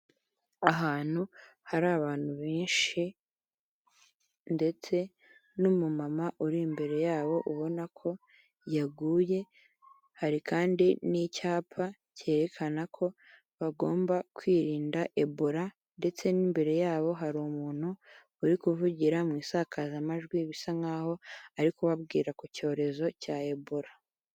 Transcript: Ahantu hari abantu benshi ndetse n'umumama uri imbere yabo ubona ko yaguye, hari kandi n'icyapa cyerekana ko bagomba kwirinda ebola ndetse n'imbere yabo hari umuntu uri kuvugira mu isakazamajwi, bisa nkaho ari kubabwira ku cyorezo cya ebola.